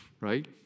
right